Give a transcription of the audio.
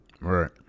Right